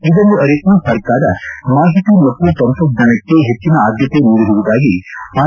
ಇದನ್ನು ಅರಿತು ಸರ್ಕಾರ ಮಾಹಿತಿ ಮತ್ತು ತಂತ್ರಜ್ವಾನಕ್ಕೆ ಹೆಚ್ಚಿನ ಆದ್ದತೆ ನೀಡಿರುವುದಾಗಿ ಆರ್